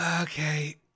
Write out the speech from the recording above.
Okay